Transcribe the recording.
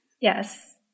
Yes